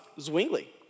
Zwingli